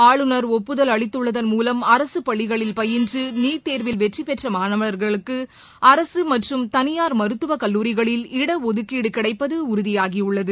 ஆளுநர் ஒப்புதல் அளித்துள்ளதன்மூலம் அரசுப் பள்ளிகளில் பயின்று நீட் தேர்வில் வெற்றி பெற்ற மாணவர்களுக்கு அரசு மற்றும் தனியார் மருத்துவ கல்லூரிகளில் இடஒதுக்கீடு கிடைப்பது உறுதியாகியுள்ளது